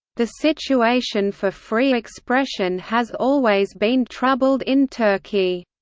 the situation for free expression has always been troubled in turkey.